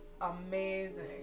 amazing